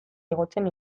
igotzen